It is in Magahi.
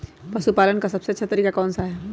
पशु पालन का सबसे अच्छा तरीका कौन सा हैँ?